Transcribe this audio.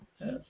Yes